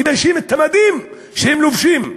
מביישים את המדים שהם לובשים.